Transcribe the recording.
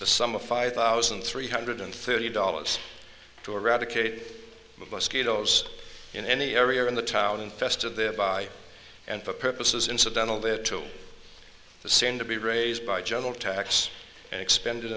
the sum of five thousand three hundred and thirty dollars to eradicate mosquitoes in any area in the town infested there by and for purposes incidental there to the soon to be raised by general tax and expended